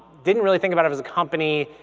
didn't really think about it as a company.